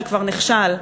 שכבר נכשל,